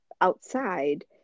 outside